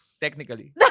technically